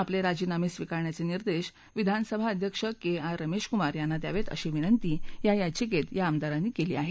आपले राजीनामे स्वीकारण्याचे निर्देश विधानसभा अध्यक्ष के आर रमेशकुमार यांना द्यावेत अशी विनंती या याचिकेत या आमदारांनी केली आहे